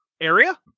area